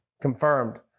Confirmed